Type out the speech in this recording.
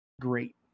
great